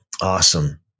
Awesome